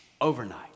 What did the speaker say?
overnight